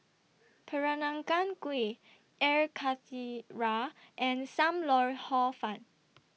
Peranakan Kueh Air Karthira and SAM Lau Hor Fun